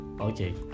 Okay